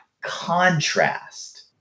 contrast